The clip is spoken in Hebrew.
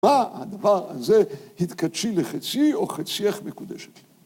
‫מה הדבר הזה התקדשי לחצי ‫או חצייך מקודשת.